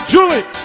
Julie